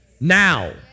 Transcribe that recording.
now